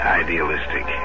idealistic